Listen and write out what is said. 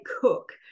cook